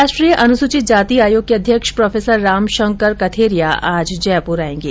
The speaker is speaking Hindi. राष्ट्रीय अनुसूचित जाति आयोग के अध्यक्ष प्रोफेसर रामशंकर कथेरिया आज जयपुर आयेगें